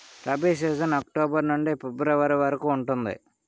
rabi season October నుండి February వరకు ఉంటుంది